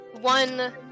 one